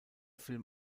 film